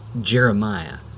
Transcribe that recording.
Jeremiah